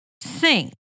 sing